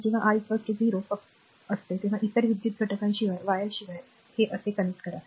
आणि जेव्हा आर 0 फक्त इतर विद्युत घटकांशिवाय वायर शिवाय हे असे कनेक्ट करा